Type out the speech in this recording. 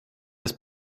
das